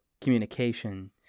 communication